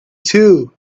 too